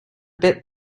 bit